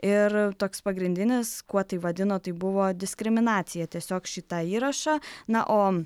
ir toks pagrindinis kuo tai vadino tai buvo diskriminacija tiesiog šitą įrašą na o